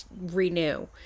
renew